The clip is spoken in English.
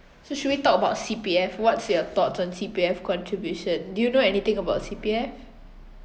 so should we talk about C_P_F what's your thoughts on C_P_F contribution do you know anything about C_P_F